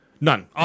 None